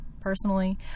Personally